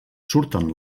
surten